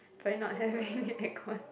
so not having aircon